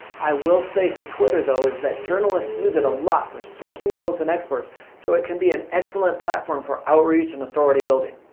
i will say for twitter is that journalists use it a lot for sourcing quotes and experts so it can be an excellent platform for outreach and authority-building.